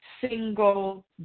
single